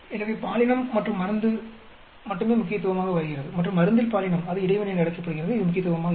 எனவே பாலினம் மற்றும் மருந்து மட்டுமே முக்கியத்துவமாக வருகிறது மற்றும் மருந்தில் பாலினம் இது இடைவினை என்று அழைக்கப்படுகிறது இது முக்கியத்துவமாக இல்லை